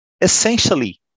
essentially